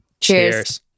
Cheers